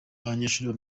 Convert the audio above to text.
abanyeshuri